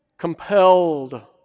compelled